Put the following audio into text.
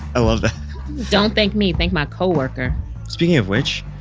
i love that don't thank me. thank my co-worker speaking of which,